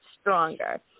stronger